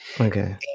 okay